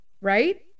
right